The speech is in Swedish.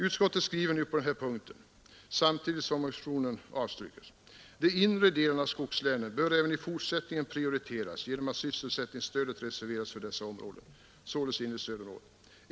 Utskottet skriver nu på denna punkt, samtidigt som motionen avstyrks: ”De inre delarna av skogslänen bör även i fortsättningen prioriteras genom att sysselsättningsstödet reserveras för dessa områden.